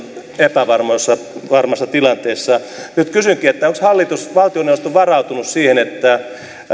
epävarmassa tilanteessa nyt kysynkin onko hallitus valtioneuvosto varautunut siihen